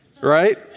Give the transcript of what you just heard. Right